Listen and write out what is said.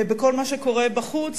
בכל מה שקורה בחוץ,